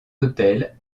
hôtel